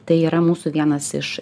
tai yra mūsų vienas iš